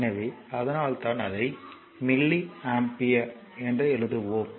எனவே அதனால்தான் அதை மில்லி ஆம்பியர் என்று எழுதுவோம்